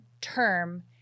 term